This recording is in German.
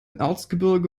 erzgebirge